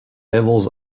levels